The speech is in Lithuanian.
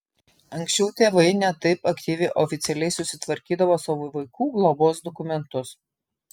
anksčiau tėvai ne taip aktyviai oficialiai susitvarkydavo savo vaikų globos dokumentus